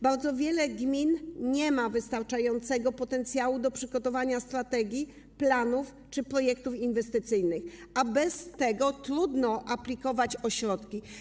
Bardzo wiele gmin nie ma wystarczającego potencjału do przygotowania strategii, planów, projektów inwestycyjnych, a bez tego trudno aplikować o środki.